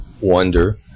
wonder